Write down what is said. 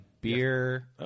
beer